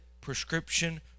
prescription